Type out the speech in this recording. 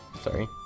sorry